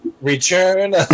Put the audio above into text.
Return